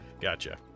Gotcha